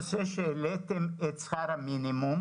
העלאת שכר המינימום.